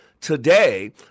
Today